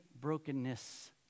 brokenness